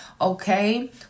okay